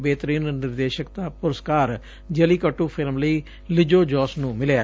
ਬੇਹਤਰੀਨ ਨਿਰਦੇਸ਼ਕ ਦਾ ਪੁਰਸਕਾਰ ਜਲੀਕੱਟੁ ਫਿਲਮ ਲਈ ਲਿਜੋ ਜੋਸ ਨੂੰ ਮਿਲਿਐ